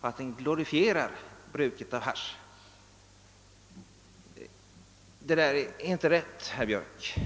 och glorifierar bruket av hasch. Det är inte rätt, herr Björck.